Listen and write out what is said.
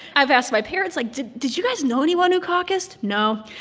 i've asked my parents, like, did did you guys know anyone who caucused? no.